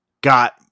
got